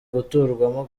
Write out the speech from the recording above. guturwamo